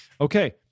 Okay